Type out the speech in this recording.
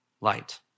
light